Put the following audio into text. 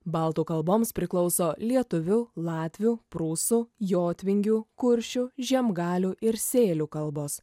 baltų kalboms priklauso lietuvių latvių prūsų jotvingių kuršių žiemgalių ir sėlių kalbos